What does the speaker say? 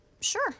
Sure